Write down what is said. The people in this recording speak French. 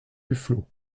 duflot